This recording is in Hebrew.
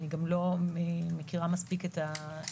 אני גם לא מכירה מספיק את התיק,